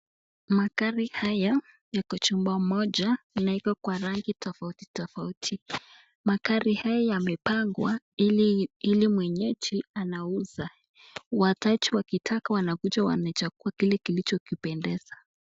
Magari haya yako chumba moja na iko kwa rangi tofauti tofauti. Magari haya yamepangwa ili mwenyeji anauza wateja wakitaka wanakuja wanachagua kile kilichokipendeza.